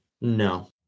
No